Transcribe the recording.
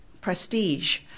prestige